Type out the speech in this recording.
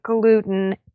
gluten